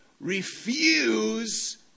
refuse